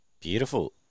Beautiful